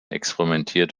experimentiert